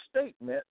statement